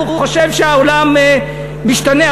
הוא חושב שהעולם משתנה.